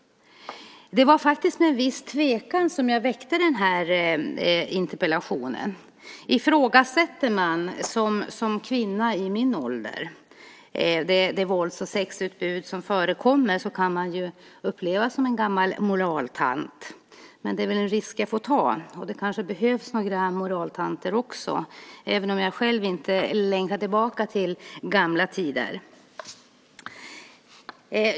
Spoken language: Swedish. Det var faktiskt med viss tvekan som jag ställde den här interpellationen. Ifrågasätter man, som kvinna i min ålder, det vålds och sexutbud som förekommer kan man ju upplevas som en gammal moraltant. Men det är väl en risk jag får ta, och det kanske behövs några moraltanter också, även om jag själv inte längtar tillbaka till gamla tider.